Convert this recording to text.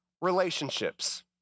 Relationships